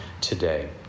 today